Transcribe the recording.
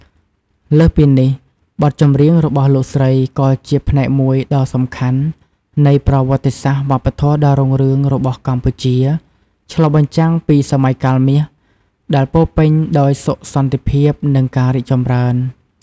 លើសពីនេះ បទចម្រៀងរបស់លោកស្រីក៏ជាផ្នែកមួយដ៏សំខាន់នៃ ប្រវត្តិសាស្ត្រវប្បធម៌ដ៏រុងរឿង របស់កម្ពុជា ឆ្លុះបញ្ចាំងពី "សម័យកាលមាស" ដែលពោរពេញដោយសុខសន្តិភាព និងការរីកចម្រើន។